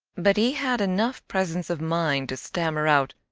but he had enough presence of mind to stammer out,